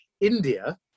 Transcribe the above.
India